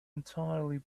entirely